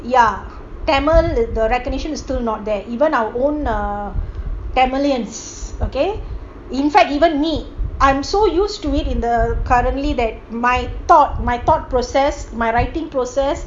ya tamil the recognition is still not that even our own tamilians okay in fact even me I'm so used to it in the currently that my thought my thought process my writing process